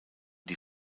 die